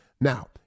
Now